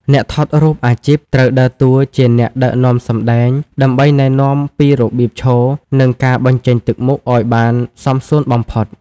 អ្នកថតរូបអាជីពត្រូវដើរតួជាអ្នកដឹកនាំសម្តែង ដើម្បីណែនាំពីរបៀបឈរ និងការបញ្ចេញទឹកមុខឱ្យបានសមសួនបំផុត។